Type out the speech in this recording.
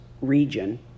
region